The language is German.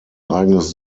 eigenes